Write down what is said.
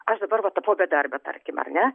aš dabar vat tapau bedarbe tarkim ar ne